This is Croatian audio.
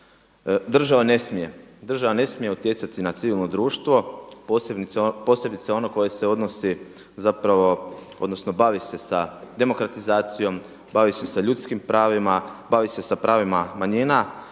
država ne smije utjecati na civilno društvo posebice ono koje se odnosi zapravo odnosno bavi se sa demokratizacijom, bavi se sa ljudskim pravima, bavi se pravima manjina